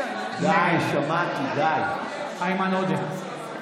נגד איימן עודה,